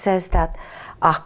says that a